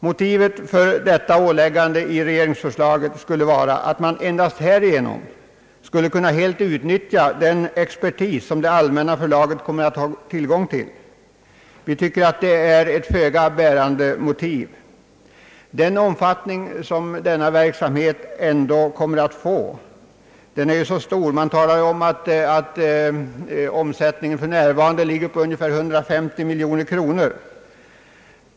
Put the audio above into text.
Motivet för detta åläggande i regeringsförslaget tycks vara, att man endast därigenom helt skulle kunna utnyttja den expertis som det allmänna förlaget kommer att ha tillgång till. Vi tycker att detta motiv har föga bärkraft. Omfattningen av denna verksamhet kommer ju ändå att bli mycket stor — man talar ju om att omsättningen för närvarande rör sig om 150 miljoner kronor.